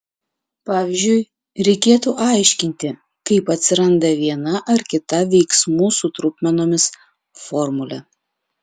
pavyzdžiui reikėtų aiškinti kaip atsiranda viena ar kita veiksmų su trupmenomis formulė